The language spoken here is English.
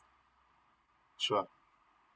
sure